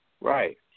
Right